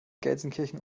gelsenkirchen